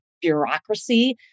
bureaucracy